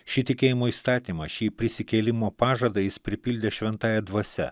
šį tikėjimo įstatymą šį prisikėlimo pažadą jis pripildė šventąja dvasia